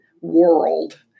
world